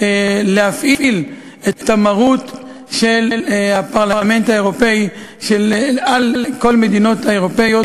להפעיל את המרות של הפרלמנט האירופי על כל המדינות האירופיות